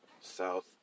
South